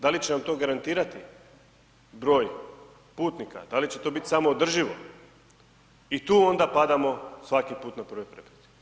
Da li će nam to garantirati broj putnika, da li će to biti samoodrživo i tu onda padamo svaki puta na prvoj prepreci.